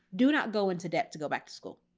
do not go into debt to go back to school.